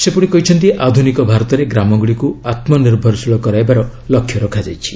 ସେ କହିଛନ୍ତି ଆଧୁନିକ ଭାରତରେ ଗ୍ରାମଗୁଡ଼ିକୁ ଆତ୍ମନିର୍ଭରଶୀଳ କରାଇବାର ଲକ୍ଷ୍ୟ ରଖାଯାଇଛି